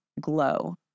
glow